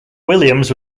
williams